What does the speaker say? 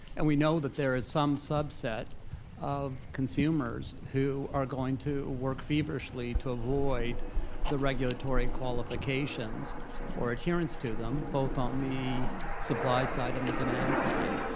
and we know that there is some subset of consumers who are going to work feverishly to avoid the regulatory qualifications or adherence to them, both on the supply side and the demand side.